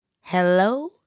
hello